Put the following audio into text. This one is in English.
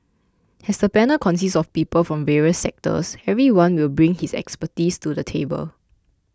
as the panel consists of people from various sectors everyone will bring his expertise to the table